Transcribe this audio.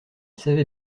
savait